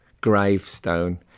gravestone